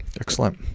Excellent